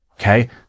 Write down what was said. okay